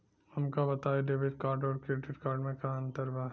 हमका बताई debit card और क्रेडिट कार्ड में का अंतर बा?